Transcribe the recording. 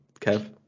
kev